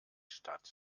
stadt